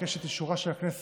אבקש את אישורה של הכנסת